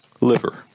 Liver